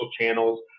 channels